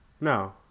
no